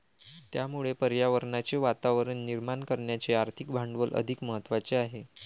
त्यामुळे पर्यावरणाचे वातावरण निर्माण करण्याचे आर्थिक भांडवल अधिक महत्त्वाचे आहे